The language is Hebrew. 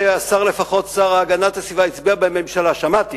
שלפחות השר להגנת הסביבה הצביע נגד.